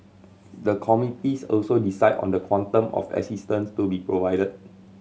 the committees also decide on the quantum of assistance to be provided